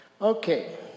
okay